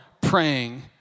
praying